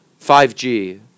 5G